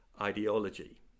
ideology